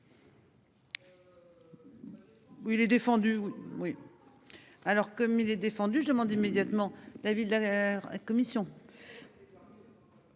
Il est défendu. Oui. Alors comme il est défendu, je demande immédiatement David la. Commission.